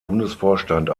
bundesvorstand